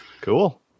Cool